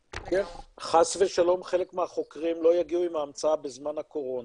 חס ושלום חלק מהחוקרים לא יגיעו עם ההמצאה בזמן הקורונה,